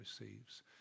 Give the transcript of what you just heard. receives